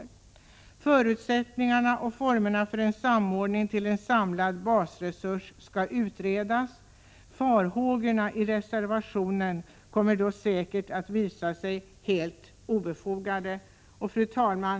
26 maj 1987 Förutsättningarna och formerna för en samordning till en samlad basresurs skall utredas. Farhågorna i reservationen kommer då säkert att visa sig vara helt obefogade. Fru talman!